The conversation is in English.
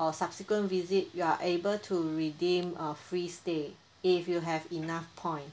or subsequent visit you are able to redeem a free stay if you have enough point